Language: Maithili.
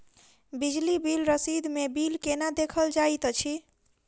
बिजली बिल रसीद मे बिल केना देखल जाइत अछि?